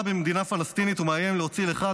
במדינה פלסטינית ומאיים להוציא לך,